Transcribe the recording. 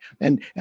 And-